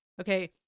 okay